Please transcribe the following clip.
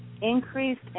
increased